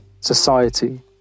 society